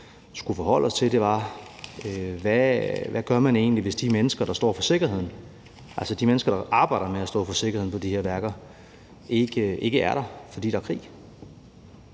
skulle forholde os til, var, hvad man egentlig gør, hvis de mennesker, der står for sikkerheden, altså de mennesker, der arbejder med at stå for sikkerheden på de her værker, ikke er der, fordi der er krig.